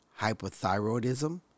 hypothyroidism